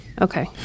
Okay